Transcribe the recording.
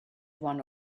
one